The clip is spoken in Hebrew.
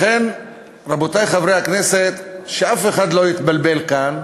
לכן, רבותי חברי הכנסת, שאף אחד לא יתבלבל כאן: